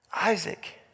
Isaac